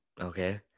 okay